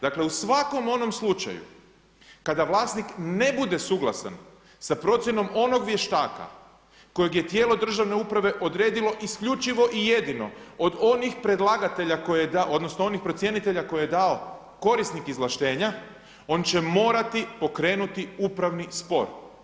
Dakle u svakom onom slučaju kada vlasnik ne bude suglasan sa procjenom onog vještaka kojeg je tijelo državne uprave odredilo isključivo i jedino od onih predlagatelja odnosno onih procjenitelja koje je dao korisnik izvlaštenja, on će morati pokrenuti upravni spor.